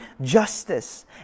justice